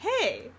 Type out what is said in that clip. Hey